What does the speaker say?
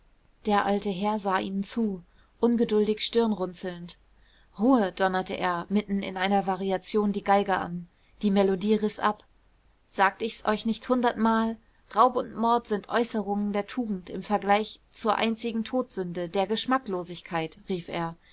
der alte herr sah ihnen zu ungeduldig stirnrunzelnd ruhe donnerte er mitten in einer variation die geiger an die melodie riß ab sagt ich's euch nicht hundertmal raub und mord sind äußerungen der tugend im vergleich zur einzigen todsünde der geschmacklosigkeit rief er